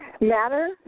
matter